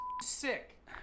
sick